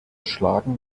schlagen